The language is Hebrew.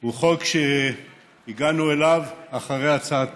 הוא חוק שהגענו אליו אחרי הצעת